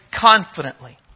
confidently